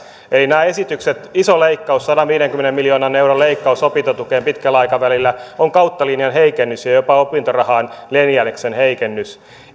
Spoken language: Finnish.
eli nämä esitykset iso leikkaus sadanviidenkymmenen miljoonan euron leikkaus opintotukeen pitkällä aikavälillä on kautta linjan heikennys ja ja opintorahaan jopa neljänneksen heikennys